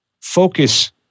focus